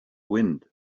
wind